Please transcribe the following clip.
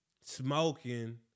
smoking